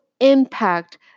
impact